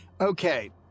Okay